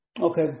Okay